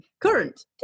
current